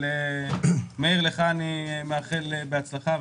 מאיר, לך אני מאחל בהצלחה.